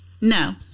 No